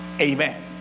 Amen